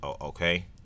okay